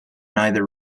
neither